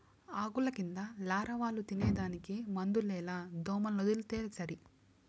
ఆకుల కింద లారవాలు తినేదానికి మందులేల దోమలనొదిలితే సరి